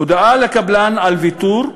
הודעה לקבלן על ויתור,